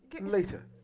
later